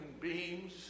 beams